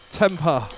temper